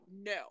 No